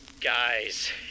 Guys